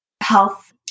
health